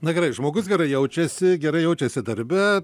na gerai žmogus gerai jaučiasi gerai jaučiasi darbe